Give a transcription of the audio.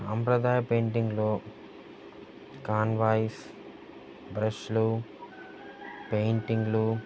సాంప్రదాయ పెయింటింగ్లో కాన్వాయిస్ బ్రష్లు పెయింటింగ్లు